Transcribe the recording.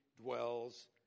dwells